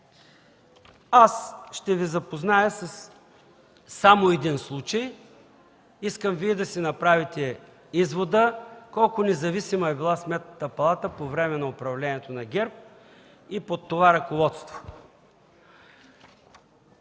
Ще Ви запозная само с един случай. Искам Вие да си направите извода колко независима е била Сметната палата по време на управлението на ГЕРБ и под това ръководство.